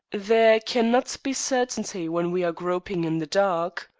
there cannot be certainty when we are groping in the dark.